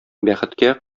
бәхеткә